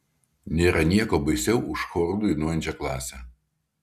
nėra nieko baisiau už choru dainuojančią klasę